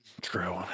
True